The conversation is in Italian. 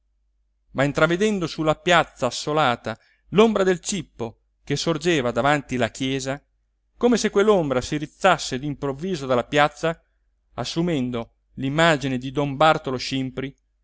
intravedendo su la piazza assolata l'ombra del cippo che sorgeva davanti la chiesa come se quell'ombra si rizzasse d'improvviso dalla piazza assumendo l'immagine di don bartolo scimpri